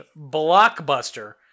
blockbuster